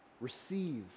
Receive